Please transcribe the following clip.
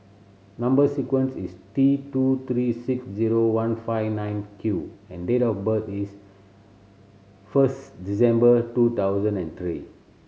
number sequence is T two three six zero one five nine Q and date of birth is first December two thousand and three